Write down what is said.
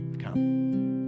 Come